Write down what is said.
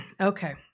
Okay